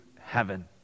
heaven